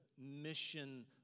mission